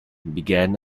began